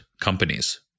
companies